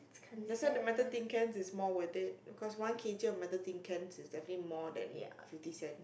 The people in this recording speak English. that's why the metal tin cans is more worth it cause one K_G of metal tin cans is definitely more than fifty cents